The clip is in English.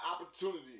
opportunity